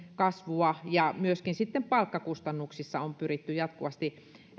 kasvua ja myöskin palkkakustannuksissa on pyritty jatkuvasti